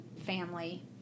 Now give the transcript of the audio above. family